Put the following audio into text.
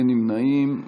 אין נמנעים,